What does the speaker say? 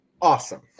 Awesome